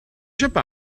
eisiau